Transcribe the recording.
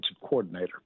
coordinator